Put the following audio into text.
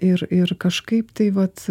ir ir kažkaip tai vat